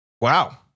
Wow